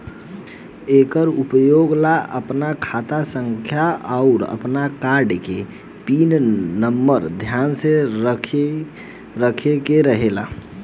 एकर उपयोग ला आपन खाता संख्या आउर आपन कार्ड के पिन नम्बर ध्यान में रखे के रहेला